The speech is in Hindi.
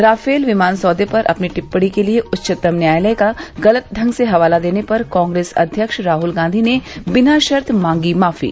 राफेल विमान सौदे पर अपनी टिप्पणी के लिए उच्चतम न्यायालय का गलत ढंग से हवाला देने पर कांग्रेस अध्यक्ष राहुल गांधी ने बिना शर्त मांगी माफी